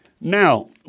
Now